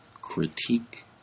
critique